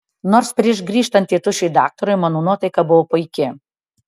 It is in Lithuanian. nors prieš grįžtant tėtušiui daktarui mano nuotaika buvo puiki